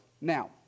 now